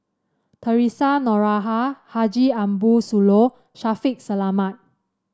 Theresa Noronha Haji Ambo Sooloh Shaffiq Selamat